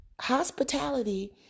hospitality